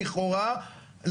לכאורה,